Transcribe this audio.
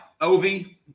Ovi